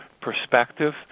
perspective